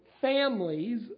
families